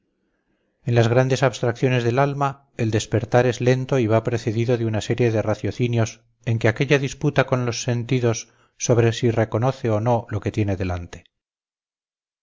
en las grandes abstracciones del alma el despertar es lento y va precedido de una serie de raciocinios en que aquella disputa con los sentidos sobre si reconoce o no lo que tiene delante